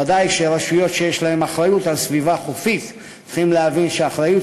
ודאי שרשויות שיש להן אחריות לסביבה חופית צריכות להבין שהאחריות